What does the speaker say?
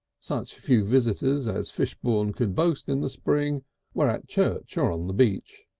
such few visitors as fishbourne could boast in the spring were at church or on the beach.